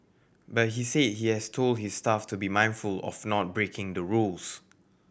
but he said he has told his staff to be mindful of not breaking the rules